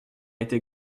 été